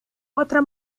otra